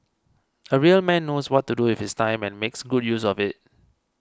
a real man knows what to do with his time and makes good use of it